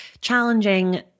challenging